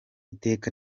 iteka